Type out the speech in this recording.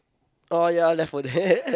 oh ya left for dead